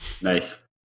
Nice